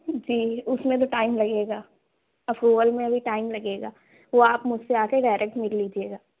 جی اُس میں بھی ٹائم لگے گا اپروول میں بھی ٹائم لگے گا وہ آپ مجھ سے آ کے ڈائریکٹ مل لیجیے گا